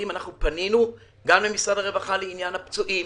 אנחנו פנינו גם למשרד הרווחה לעניין הפצועים